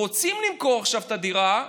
רוצים למכור עכשיו את הדירה,